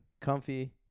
Comfy